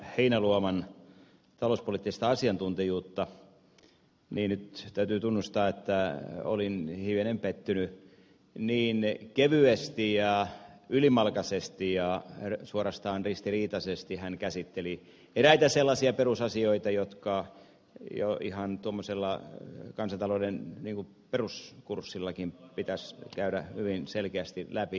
heinäluoman talouspoliittista asiantuntijuutta niin nyt täytyy tunnustaa että olin hivenen pettynyt niin kevyesti ja ylimalkaisesti ja suorastaan ristiriitaisesti hän käsitteli eräitä sellaisia perusasioita jotka jo ihan kansantalouden peruskurssillakin pitäisi käydä hyvin selkeästi läpi